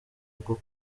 bwo